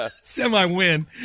Semi-win